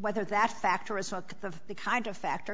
whether that factor is south of the kind of factor